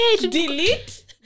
Delete